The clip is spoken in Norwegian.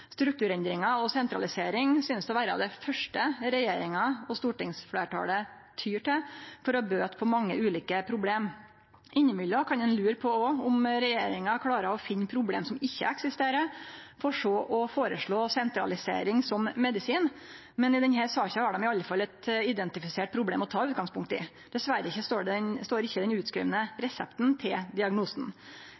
Strukturendringar og sentralisering synest å vere det første regjeringa og stortingsfleirtalet tyr til for å bøte på mange ulike problem. Innimellom kan ein også lure på om regjeringa klarer å finne problem som ikkje eksisterer for så å føreslå sentralisering som medisin, men i denne saka har dei i alle fall eit identifisert problem å ta utgangspunkt i. Dessverre står ikkje den utskrivne